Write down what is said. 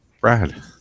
Brad